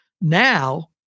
Now